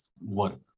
work